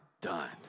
done